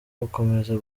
gukomeza